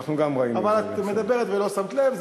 אבל את מדברת ולא שמת לב.